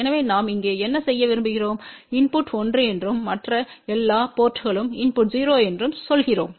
எனவே நாம் இங்கே என்ன செய்ய விரும்புகிறோம் இன்புட் 1 என்றும் மற்ற எல்லா போர்ட்ங்களிலும் இன்புட் 0 என்றும் சொல்கிறோம்